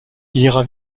ira